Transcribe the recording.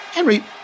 Henry